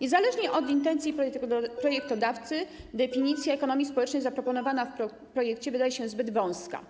Niezależnie od intencji projektodawcy definicja ekonomii społecznej zaproponowana w projekcie wydaje się zbyt wąska,